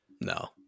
No